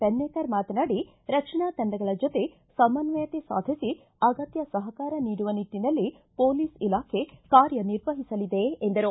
ಪನ್ನೇಕರ್ ಮಾತನಾಡಿ ರಕ್ಷಣಾ ತಂಡಗಳ ಜೊತೆ ಸಮನ್ವಯತೆ ಸಾಧಿಸಿ ಅಗತ್ಯ ಸಹಕಾರ ನೀಡುವ ನಿಟ್ಟನಲ್ಲಿ ಪೊಲೀಸ್ ಇಲಾಖೆ ಕಾರ್ಯ ನಿರ್ವಹಿಸಲಿದೆ ಎಂದರು